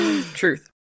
truth